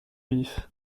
vif